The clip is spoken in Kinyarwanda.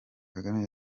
kagame